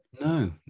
No